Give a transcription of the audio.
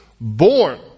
born